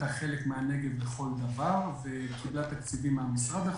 חלק מהנגב לכל דבר וקיבלה תקציבים מהמשרד.